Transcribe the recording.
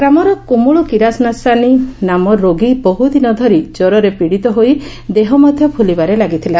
ଗ୍ରାମର କମୁଳୁ କିରସାନୀ ନାମ ରୋଗୀ ବହୁ ଦିନ ଧରି ଜରରେ ପିଡ଼ିତ ହୋଇ ଦେହ ମଧ୍ଧ ଫୁଲିବାରେ ଲାଗିଥିଲା